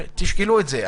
תשקלו את זה.